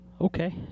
Okay